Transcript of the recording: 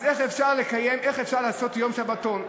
אז איך אפשר לעשות יום שבתון?